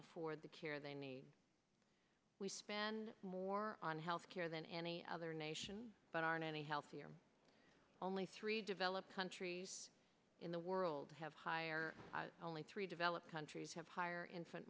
afford the care they need we spend more on health care than any other nation but aren't any healthier only three developed countries in the world have higher only three developed countries have higher infant